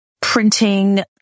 printing